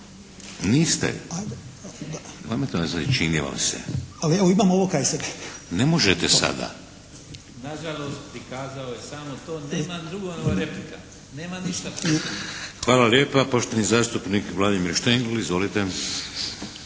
(HDZ)** Hvala lijepa. Poštovani zastupnik Vladimir Štengl. Izvolite.